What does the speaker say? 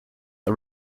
are